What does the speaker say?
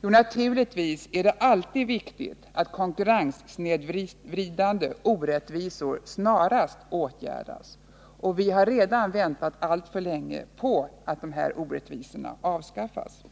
Naturligtvis är det alltid viktigt att konkurrenssnedvridande orättvisor snarast åtgärdas. Vi har redan väntat alltför länge på att dessa orättvisor avskaffas.